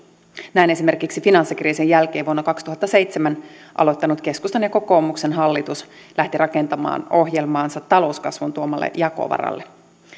näin esimerkiksi finanssikriisin jälkeen vuonna kaksituhattaseitsemän aloittanut keskustan ja kokoomuksen hallitus lähti rakentamaan ohjelmaansa talouskasvun tuomalle jakovaralle